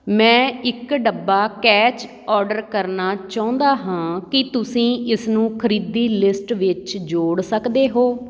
ਮੈਂ ਇੱਕ ਡੱਬਾ ਕੈਚ ਔਡਰ ਕਰਨਾ ਚਾਹੁੰਦਾ ਹਾਂ ਕੀ ਤੁਸੀਂ ਇਸਨੂੰ ਖਰੀਦੀ ਲਿਸਟ ਵਿੱਚ ਜੋੜ ਸਕਦੇ ਹੋ